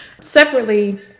Separately